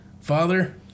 Father